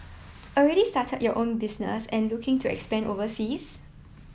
already started your own business and looking to expand overseas